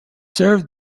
served